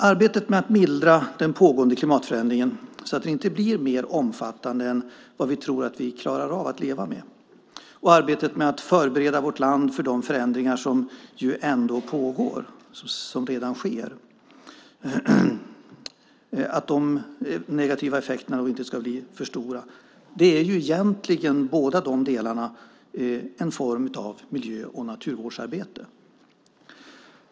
Arbetet med att mildra den pågående klimatförändringen så att den inte blir mer omfattande än vad vi tror att vi klarar av att leva med och arbetet med att förbereda vårt land för de förändringar som redan sker så att de negativa effekterna inte ska bli för stora är egentligen en form av miljö och naturvårdsarbete.